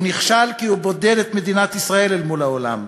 הוא נכשל כי הוא בודד את מדינת ישראל אל מול העולם.